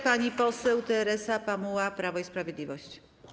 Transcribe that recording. Pani poseł Teresa Pamuła, Prawo i Sprawiedliwość.